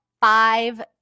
five